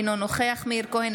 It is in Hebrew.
אינו נוכח מאיר כהן,